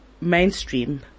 mainstream